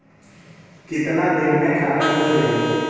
कितना दिन मे खाता खुल जाई?